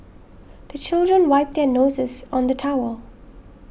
the children wipe their noses on the towel